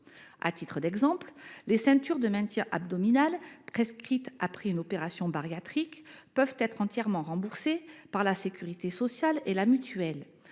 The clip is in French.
À titre d’exemple, les ceintures de maintien abdominal, prescrites après une opération bariatrique, peuvent être entièrement remboursées par la sécurité sociale et la mutuelle.